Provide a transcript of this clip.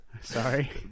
Sorry